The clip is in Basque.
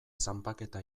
zanpaketa